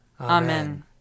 Amen